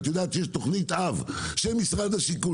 את יודעת שיש תכנית אב של משרד השיכון